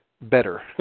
better